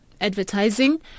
advertising